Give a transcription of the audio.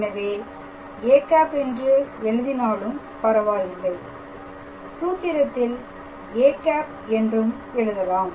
எனவே â என்று எழுதினாலும் பரவாயில்லை சூத்திரத்தில் â என்றும் எழுதலாம்